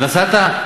נסעת?